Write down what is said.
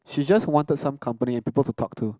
she just wanted some company and people to talk to